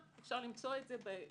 - ואפשר למצוא את זה בגוגל,